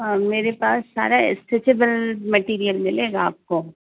میرے پاس سارا اسٹریچبل مٹیریل ملے گا آپ کو